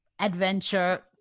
adventure